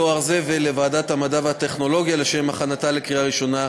דואר זבל) לוועדת המדע והטכנולוגיה לשם הכנתה לקריאה ראשונה.